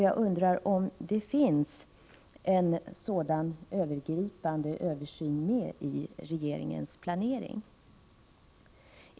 Jag undrar om det finns en sådan övergripande översyn med i regeringens planering?